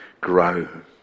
grow